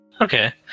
okay